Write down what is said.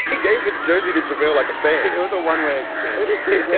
he gave his jersey to javale like a fake. it was a one way exchange. it is pretty.